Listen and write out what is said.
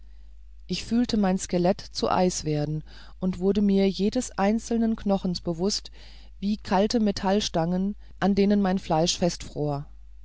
ich fühlte mein skelett zu eis werden und wurde mir jedes einzelnen knochens bewußt wie kalter metallstangen an denen mir das fleisch festfror